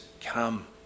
come